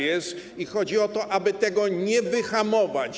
I chodzi o to, aby tego nie wyhamować.